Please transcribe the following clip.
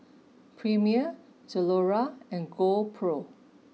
Premier Zalora and GoPro